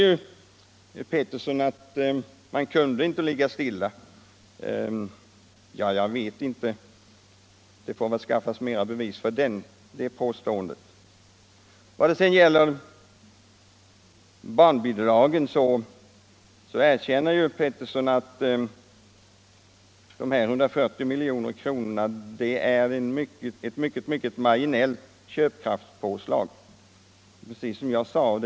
Herr Pettersson säger att man från statens sida inte kunde ligga stilla. Ja, jag vet inte — det får väl skaffas mera bevis för det påståendet. Vad det sedan gäller barnbidragen, så erkänner ju herr Pettersson att de 140 miljonerna är ett mycket, mycket marginellt köpkraftspåslag, precis som jag sade.